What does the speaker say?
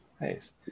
Nice